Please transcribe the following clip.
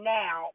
now